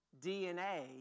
DNA